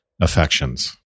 affections